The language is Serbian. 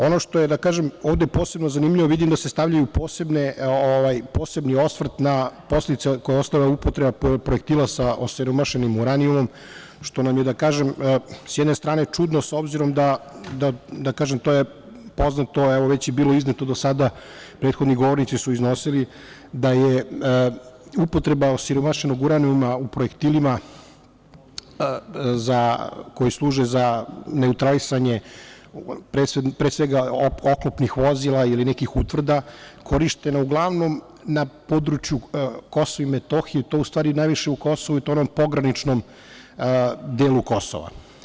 Ono što je ovde posebno zanimljivo, vidim da se stavlja poseban osvrt na posledice koje je ostavila upotreba projektila sa osiromašenim uranijumom, što nam je, sa jedne strane, čudno s obzirom da poznato, to je bilo izneto do sada, prethodni govornici su iznosili, da je upotreba osiromašenog uranijuma u projektilima koji služe za neutralisanje, pre svega, oklopnih vozila ili nekih utvrda korišćena uglavnom na području KiM, u stvari najviše na Kosovu, i to pograničnom delu Kosova.